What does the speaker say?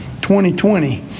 2020